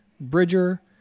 Bridger